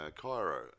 Cairo